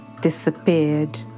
disappeared